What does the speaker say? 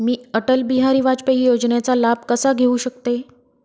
मी अटल बिहारी वाजपेयी योजनेचा लाभ कसा घेऊ शकते?